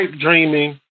dreaming